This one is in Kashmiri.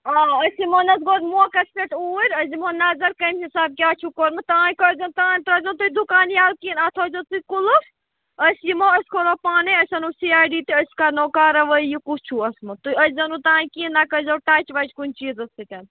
آ أسۍ یِمو نہَ حظ گۄڈٕ موقس پٮ۪ٹھ اوٗرۍ أسۍ دِمو نَظر کَمہِ حِسابہٕ کیٛاہ چھُکھ کوٚرمُت تانۍ کٔرۍزیٚو تانی ترٛٲوزیٚو تُہۍ دُکان یلہٕ کِہیٖنٛۍ اَتھ تھٲوزیٚو تُہۍ قُلُف أسۍ یِمو أسۍ کھولو پانے أسۍ اَنو سی آے ڈی تہٕ أسۍ کَرناوَو کارَوٲیی یہِ کُس چھُ اوسمُت تُہۍ أژۍزیٚو نہٕ تانۍ کِہیٖنٛۍ نہَ کٔرۍزیٚو ٹچ وَچ کُنہِ چیٖزس سۭتٮۍ